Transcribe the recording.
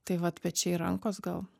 tai vat pečiai ir rankos gal